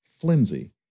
flimsy